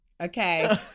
okay